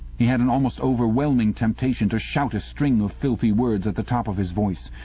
he had an almost overwhelming temptation to shout a string of filthy words at the top of his voice.